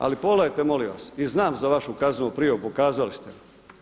Ali pogledajte molim vas i znam za vašu kaznenu prijavu, pokazali ste.